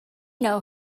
know